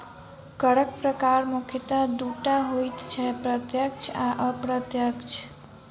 करक प्रकार मुख्यतः दू टा होइत छै, प्रत्यक्ष आ अप्रत्यक्ष